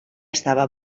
estava